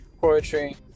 poetry